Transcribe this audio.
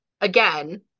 again